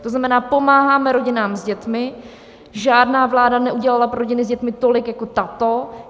To znamená: pomáháme rodinám s dětmi, žádná vláda neudělala pro rodiny s dětmi tolik jako tato.